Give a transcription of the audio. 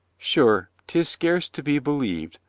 sure, tis scarce to be believed.